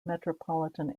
metropolitan